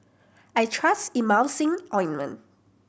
I trust Emulsying Ointment